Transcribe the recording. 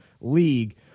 league